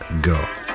Go